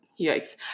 Yikes